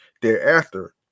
thereafter